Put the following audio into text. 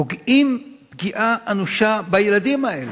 פוגעים פגיעה אנושה בילדים האלה.